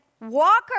Walker